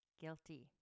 guilty